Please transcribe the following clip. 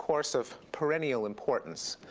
course, of perennial importance,